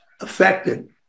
affected